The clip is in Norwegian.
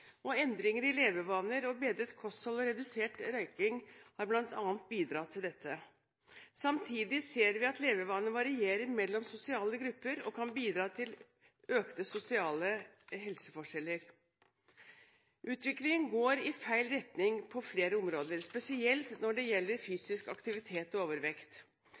Endringer i levevaner, bedret kosthold og redusert røyking har bl.a. bidratt til dette. Samtidig ser vi at levevaner varierer mellom sosiale grupper og kan bidra til økte sosiale helseforskjeller. Utviklingen går i feil retning på flere områder, spesielt når det gjelder fysisk aktivitet og overvekt.